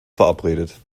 verabredet